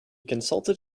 consulted